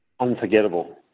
Unforgettable